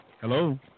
Hello